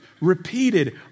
repeated